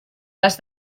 les